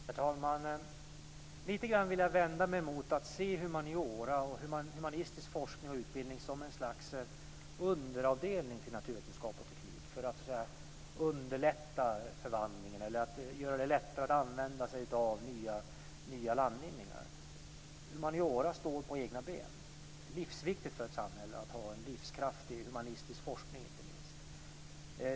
Herr talman! Lite grann vill jag vända mig mot att se humaniora och humanistisk forskning och utbildning som ett slags underavdelning till naturvetenskap och teknik när det gäller att underlätta förvandlingen eller göra det lättare att använda sig av nya landvinningar. Humaniora står på egna ben. Det är livsviktigt för ett samhälle att ha en livskraftig humanistisk forskning inte minst.